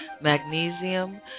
magnesium